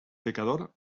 pecador